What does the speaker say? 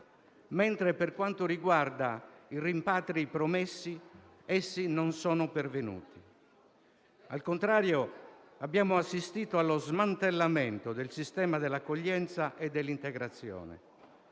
nostra coscienza, mentre i rimpatri promessi non sono pervenuti. Al contrario, abbiamo assistito allo smantellamento del sistema dell'accoglienza e dell'integrazione.